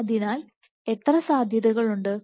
അതിനാൽ എത്ര സാധ്യതകളുണ്ട്